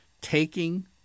taking